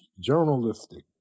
journalistic